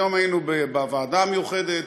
היום היינו בוועדה המיוחדת.